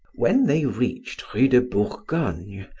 when they reached rue de bourgogne,